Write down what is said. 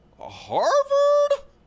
Harvard